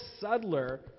subtler